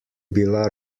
bila